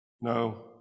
No